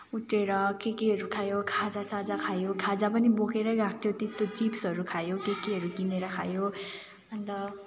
उत्रिएर के केहरू खायो खाजा साजा खायो खाजा पनि बोकेरै गएको थियो त्यस्तो चिप्सहरू खायो के केहरू किनेर खायो अन्त